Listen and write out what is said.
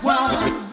one